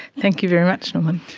thank you very much, norman.